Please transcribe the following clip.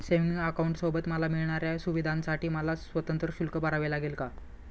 Savings अकाउंटसोबत मला मिळणाऱ्या सुविधांसाठी मला स्वतंत्र शुल्क भरावे लागेल का?